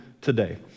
today